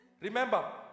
Remember